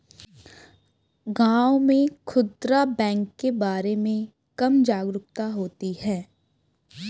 गांव में खूदरा बैंक के बारे में कम जागरूकता होती है